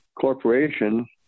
Corporation